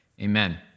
amen